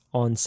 on